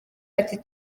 ati